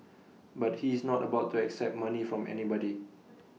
but he is not about to accept money from anybody